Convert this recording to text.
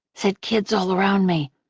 said kids all around me,